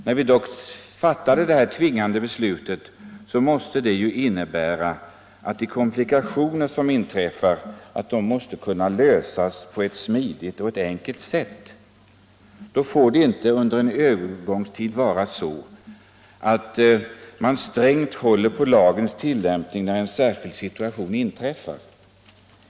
Då vi ju dock fattat detta tvingande beslut måste det innebära att de komplikationer som inträffar skall kunna lösas på smidigt och enkelt sätt. Det får inte under en övergångstid vara så att man strängt håller på lagens tillämpning när en särskild situation inträffar.